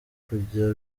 kujya